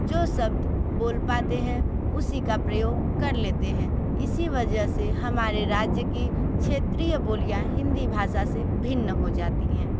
जो शब्द बोल पाते हैं उसी का प्रयोग कर लेते हैं इसी वजह से हमारे राज्य की क्षेत्रीय बोलियाँ हिंदी भाषा से भिन्न हो जाती हैं